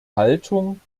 haltung